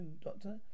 Doctor